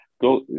go